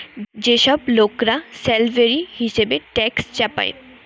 যে সব লোকরা স্ল্যাভেরি হিসেবে ট্যাক্স চাপায়